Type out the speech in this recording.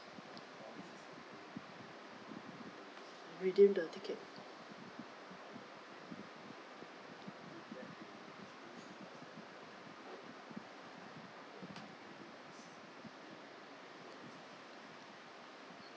redeem the ticket